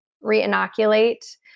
re-inoculate